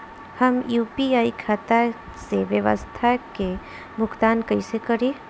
हम यू.पी.आई खाता से व्यावसाय के भुगतान कइसे करि?